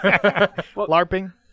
LARPing